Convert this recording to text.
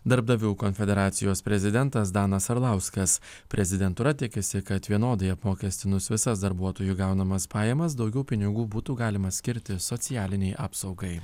darbdavių konfederacijos prezidentas danas arlauskas prezidentūra tikisi kad vienodai apmokestinus visas darbuotojų gaunamas pajamas daugiau pinigų būtų galima skirti socialinei apsaugai